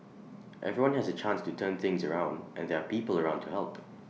everyone has A chance to turn things around and there are people around to help